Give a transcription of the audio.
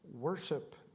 worship